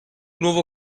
nuovo